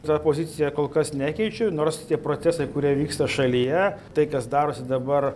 ta pozicija kol kas nekeičiu nors tie procesai kurie vyksta šalyje tai kas darosi dabar